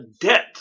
debt